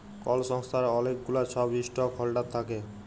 call সংস্থার অলেক গুলা ছব ইস্টক হল্ডার থ্যাকে